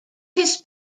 his